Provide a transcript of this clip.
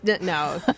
no